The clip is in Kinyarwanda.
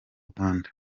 rwanda